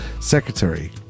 secretary